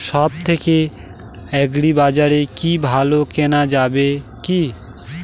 সব থেকে আগ্রিবাজারে কি ভালো কেনা যাবে কি?